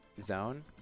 zone